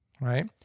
right